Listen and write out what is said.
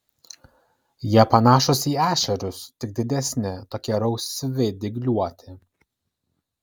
jie panašūs į ešerius tik didesni tokie rausvi dygliuoti